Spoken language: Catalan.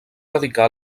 dedicar